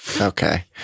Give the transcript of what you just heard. Okay